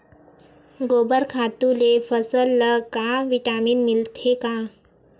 गोबर खातु ले फसल ल का विटामिन मिलथे का?